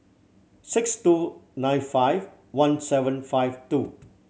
six two nine five one seven five two